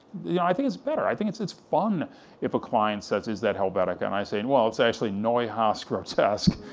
yeah i think it's better, i think it's it's fun if a client says, is that helvetica, and i say, and well, it's neue haas grotesk,